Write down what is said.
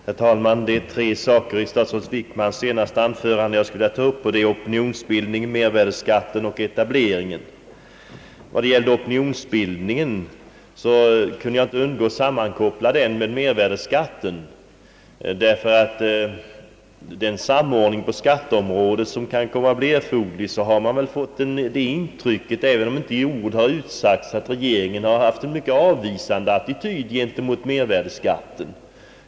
Herr talman! Jag vill ta upp tre saker i statsrådet Wickmans senaste anförande, nämligen opinionsbildningen, mervärdeskatten och etableringen. Opinionsbildningen kunde jag inte undgå att sammankoppla med mervärdeskatten. En samordning på skatteområdet framstår ju som erforderlig, men även om ingenting har sagts, har man fått intrycket att regeringen intagit en avvisande attityd gentemot mervärdeskatten.